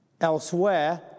elsewhere